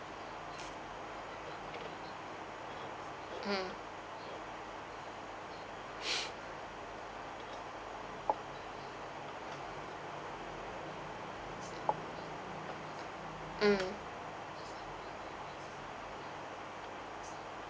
mmhmm mm